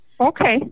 okay